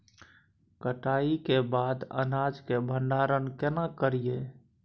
कटाई के बाद अनाज के भंडारण केना करियै?